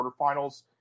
quarterfinals